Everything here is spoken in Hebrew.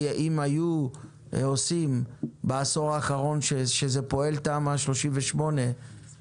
אם בעשור האחרון שבו פועל תמ"א 38 כמה